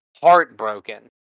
heartbroken